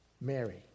Mary